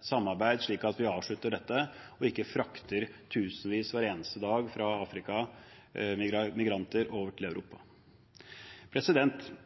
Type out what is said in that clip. samarbeid, slik at vi avslutter dette og ikke frakter tusenvis av migranter hver eneste dag fra Afrika til Europa.